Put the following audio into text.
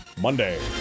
Monday